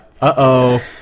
Uh-oh